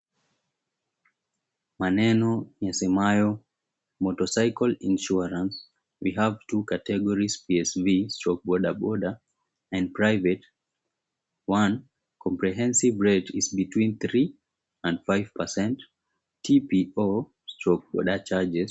Maneno yasemayo, 'Motorcycle insurance, we have two categories PSV/ boda boda and private. One, comprehensive rate is between 3 and 5% TPO/boda charges'.